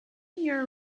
year